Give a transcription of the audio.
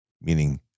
meaning